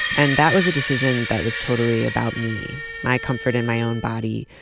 and that was a decision that was totally about me, my comfort in my own body.